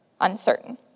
uncertain